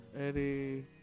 Eddie